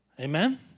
Amen